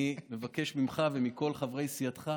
אני מבקש ממך ומכל חברי סיעתך,